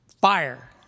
Fire